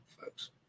folks